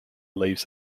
leaves